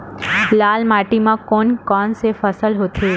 लाल माटी म कोन कौन से फसल होथे?